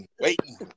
waiting